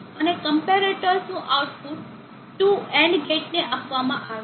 અને કમ્પેરેટર્સનું output 2 AND ગેટ્સને આપવામાં આવે છે